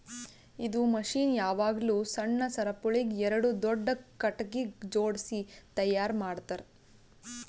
ಇದು ಮಷೀನ್ ಯಾವಾಗ್ಲೂ ಸಣ್ಣ ಸರಪುಳಿಗ್ ಎರಡು ದೊಡ್ಡ ಖಟಗಿಗ್ ಜೋಡ್ಸಿ ತೈಯಾರ್ ಮಾಡ್ತರ್